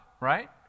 Right